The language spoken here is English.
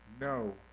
no